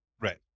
right